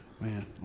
man